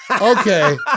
Okay